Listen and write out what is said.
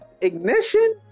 Ignition